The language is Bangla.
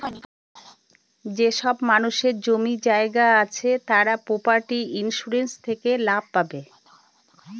যেসব মানুষদের জমি জায়গা আছে তারা প্রপার্টি ইন্সুরেন্স থেকে লাভ পাবে